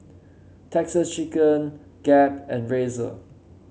Texas Chicken Gap and Razer